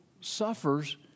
suffers